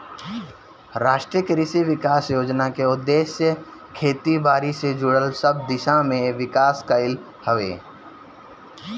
राष्ट्रीय कृषि विकास योजना के उद्देश्य खेती बारी से जुड़ल सब दिशा में विकास कईल हवे